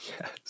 Yes